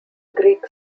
greek